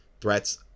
threats